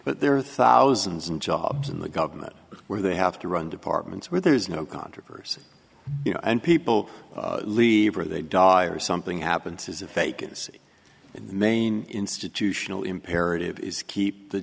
but there are thousands and jobs in the government where they have to run departments where there is no controversy and people leave or they die or something happens is a vacancy in the main institutional imperative is keep the